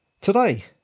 today